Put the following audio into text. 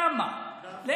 למה?